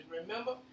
Remember